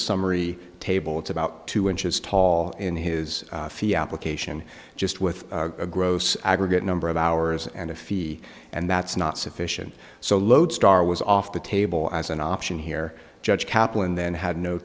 summary table it's about two inches tall in his fee application just with a gross aggregate number of hours and a fee and that's not sufficient so lodestar was off the table as an option here judge kaplan then had no